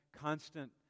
constant